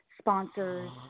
sponsors